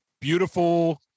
beautiful